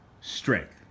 strength